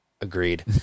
Agreed